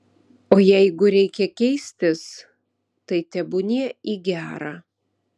o jeigu reikia keistis tai tebūnie į gera